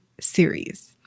series